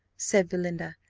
said belinda.